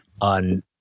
on